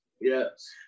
Yes